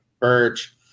Birch